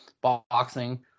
boxing